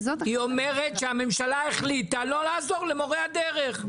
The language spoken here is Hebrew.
היא אומרת שהממשלה החליטה לא לעזור למורי הדרך,